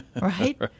right